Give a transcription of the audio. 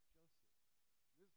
Joseph